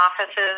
offices